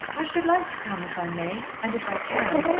i should like to come if i may and if i can.